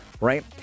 right